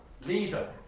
leader